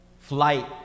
Flight